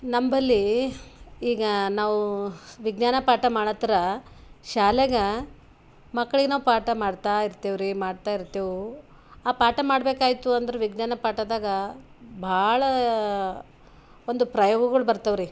ನಂಬಳಿ ಈಗ ನಾವು ವಿಜ್ಞಾನ ಪಾಠ ಮಾಡತ್ರ ಶಾಲೆಗ ಮಕ್ಳಿಗೆ ನಾವು ಪಾಠ ಮಾಡ್ತಾಯಿರ್ತೇವ್ರಿ ಮಾಡ್ತಾಯಿರ್ತೇವೆ ಆ ಪಾಠ ಮಾಡಬೇಕಾಯ್ತು ಅಂದ್ರೆ ವಿಜ್ಞಾನ ಪಾಠದಾಗ ಭಾಳ ಒಂದು ಪ್ರಯೋಗಗಳು ಬರ್ತವ್ರಿ